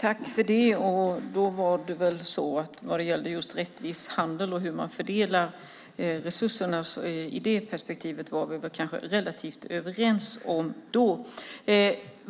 Herr talman! Vad gäller rättvis handel och fördelning av resurser ur det perspektivet är vi kanske relativt överens.